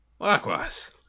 Likewise